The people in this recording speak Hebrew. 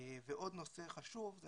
ועוד נושא חשוב זה